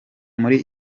muri